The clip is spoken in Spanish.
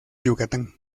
yucatán